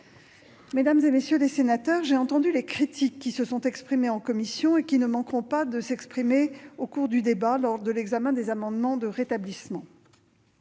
Mesdames, messieurs les sénateurs, j'ai entendu les critiques qui ont été émises en commission et qui ne manqueront pas de s'exprimer au cours de ce débat, lors de l'examen des amendements de rétablissement.